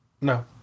No